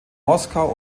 moskau